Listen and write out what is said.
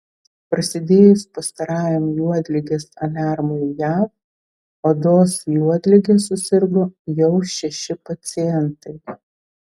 prasidėjus pastarajam juodligės aliarmui jav odos juodlige susirgo jau šeši pacientai